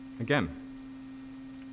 Again